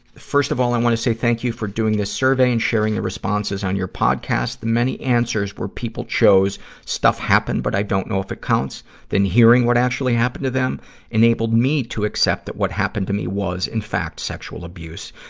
first of all, i wanna say thank you for doing this survey and sharing the responses on your podcast. the many answers where people chose stuff happened, but i don't know if it counts then hearing what actually happened to them enabled me to accept that what happened to me was, in fact, sexual abuse,